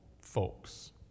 folks